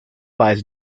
lies